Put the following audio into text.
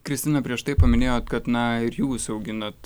kristina prieš tai paminėjot kad na ir jūs auginat